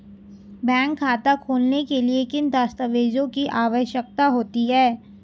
Bank खाता खोलने के लिए किन दस्तावेज़ों की आवश्यकता होती है?